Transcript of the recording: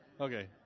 Okay